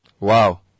Wow